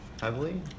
heavily